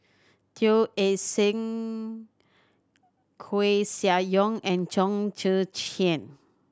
Teo Eng Seng Koeh Sia Yong and Chong Tze Chien